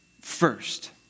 first